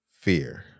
fear